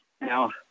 Now